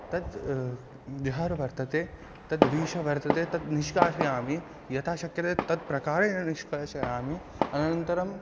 तत् द्यहार वर्तते तद्विषः वर्तते तत् निष्कासयामि यथा शक्यते तत्प्रकारेण निष्कासयामि अनन्तरं